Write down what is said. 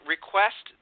request